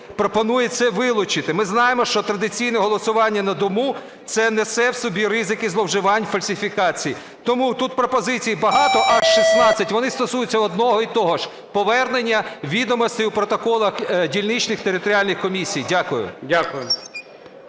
пропонує це вилучити. Ми знаємо, що традиційне голосування на дому це несе в собі ризики зловживань, фальсифікацій. Тому тут пропозицій багато, аж 16, вони стосуються одного і того ж – повернення відомостей у протоколах дільничних територіальних комісій. Дякую.